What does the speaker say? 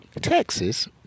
Texas